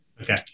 Okay